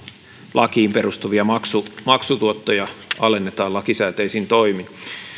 lakiin perustuvia maksutuottoja alennetaan lakisääteisin toimin